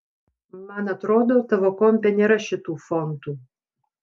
man atrodo tavo kompe nėra šitų fontų